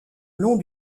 long